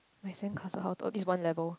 my sandcastle how tall it's one level